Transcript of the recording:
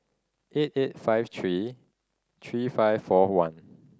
eight eight five three three five four one